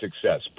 success